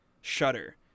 shutter